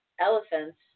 elephants